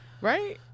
Right